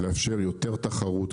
לאפשר יותר תחרות,